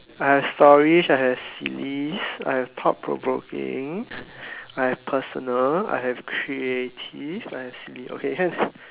I have stories I have sillies I have thought provoking I have personal I have creative I have silly okay here